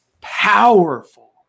powerful